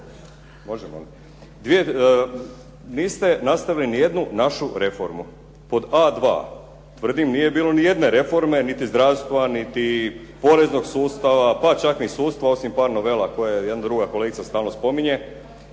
godine niste nastavili nijednu našu reformu." Pod a2, tvrdim nije bilo nijedne reforme niti zdravstva, niti poreznog sustava, pa čak ni sudstva osim par novela koje jedna druga kolegica stalno spominje.